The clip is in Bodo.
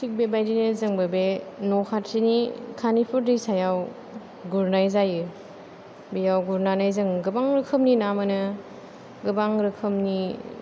थिग बेबायदिनो जोंबो बे न' खाथिनि खानिफुर दैसायाव गुरनाय जायो बेयाव गुरनानै जों गोबां रोखोमनि ना मोनो गोबां रोखोमनि